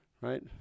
right